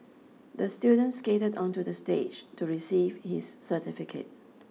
the student skated onto the stage to receive his certificate